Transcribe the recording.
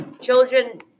children